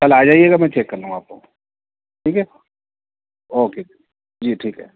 کل آ جائیے گا میں چیک کر لوں گا آپ کو ٹھیک ہے اوکے جی ٹھیک ہے